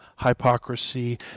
hypocrisy